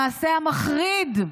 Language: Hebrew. המעשה המחריד,